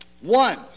One